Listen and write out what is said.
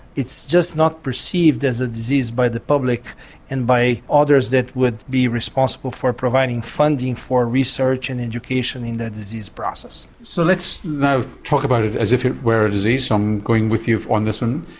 it's just not perceived as a disease by the public and by others that would be responsible for providing funding for research and education in that disease process. so let's now talk about it as if it were a disease, i'm going with you on this one,